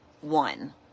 one